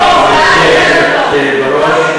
גברתי היושבת בראש,